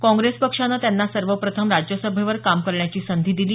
काँग्रेस पक्षानं त्यांना सर्वप्रथम राज्यसभेवर काम करण्याची संधी दिली